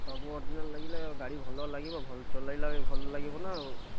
ସବୁ ଅରଜିନାଲ୍ ଲାଗିଲେ ଗାଡ଼ି ଭଲ ଲାଗିବ ଭଲ ଚଲେଇଲେ ବି ଭଲ ଲାଗିବ ନା ଆଉ